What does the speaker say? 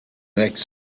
next